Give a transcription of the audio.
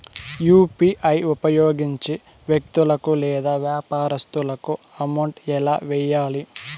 UPI ఉపయోగించి వ్యక్తులకు లేదా వ్యాపారస్తులకు అమౌంట్ ఎలా వెయ్యాలి